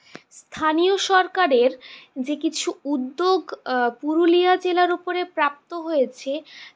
স্থানীয় সরকারের যে কিছু উদ্যোগ পুরুলিয়া জেলার ওপরে প্রাপ্ত হয়েছে